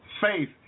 faith